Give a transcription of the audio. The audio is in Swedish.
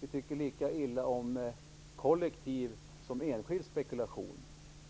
vi tycker lika illa om kollektiv som enskild spekulation.